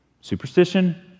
Superstition